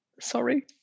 Sorry